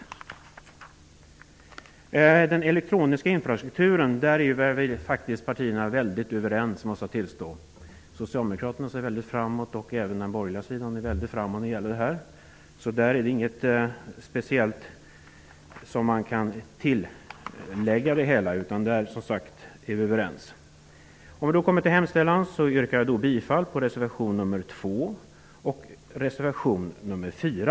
När det gäller den elektroniska infrastrukturen är partierna däremot i hög grad överens. Det måste jag tillstå. Socialdemokraterna och även den borgerliga sidan är väldigt framåt. I det avseendet finns inget speciellt att tillägga. Jag yrkar bifall till reservationerna 2 och 4.